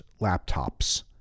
laptops